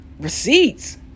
receipts